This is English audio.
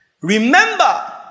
Remember